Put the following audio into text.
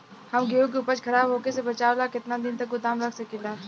हम गेहूं के उपज खराब होखे से बचाव ला केतना दिन तक गोदाम रख सकी ला?